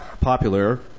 popular